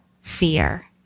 fear